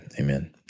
amen